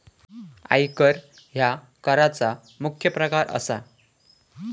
आयकर ह्या कराचा मुख्य प्रकार असा